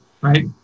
right